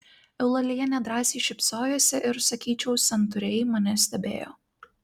eulalija nedrąsiai šypsojosi ir sakyčiau santūriai mane stebėjo